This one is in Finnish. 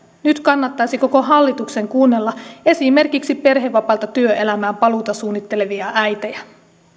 nyt kannattaisi koko hallituksen kuunnella esimerkiksi perhevapailta työelämään paluuta suunnittelevia äitejä